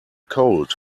colt